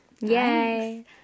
Yay